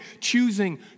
choosing